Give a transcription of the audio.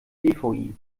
dvi